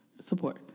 Support